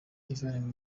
ivan